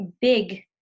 big